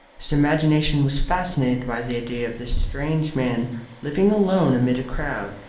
his imagination was fascinated by the idea of this strange man living alone amid a crowd,